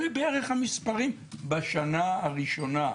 אלה בערך המספרים בשנה הראשונה.